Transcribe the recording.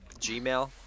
Gmail